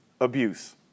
abuse